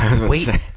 Wait